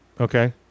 okay